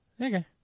okay